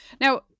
Now